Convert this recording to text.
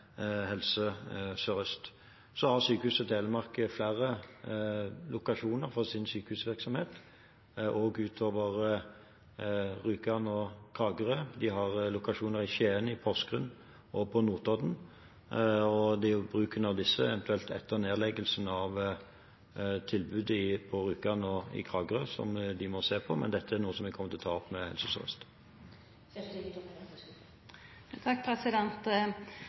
Helse Sør-Øst. Sykehuset Telemark har flere lokasjoner for sin sykehusvirksomhet utover Rjukan og Kragerø. De har lokasjoner i Skien, i Porsgrunn og på Notodden, og det er jo bruken av disse eventuelt, etter nedleggelsen av tilbudet på Rjukan og i Kragerø, som de må se på. Men dette er noe som jeg kommer til å ta opp med Helse